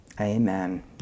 amen